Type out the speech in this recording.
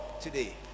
today